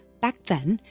back then,